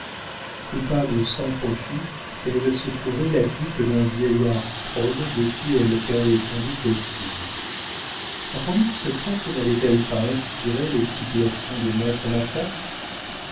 coupable sans profit elle se trouvait la dupe d'un vieillard probe de qui elle perdait sans doute l'estime sa conduite secrète n'avait-elle pas inspiré les stipulations de maître mathias